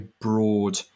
broad